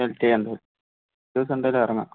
select ചെയ്യാം ഒരു ദിവസം എന്തായാലും ഇറങ്ങാം